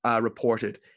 reported